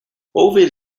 ovid